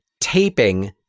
taping